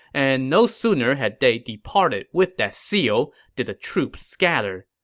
and no sooner had they departed with that seal did the troops scatter.